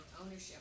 ownership